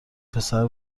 پسر